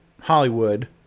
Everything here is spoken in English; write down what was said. Hollywood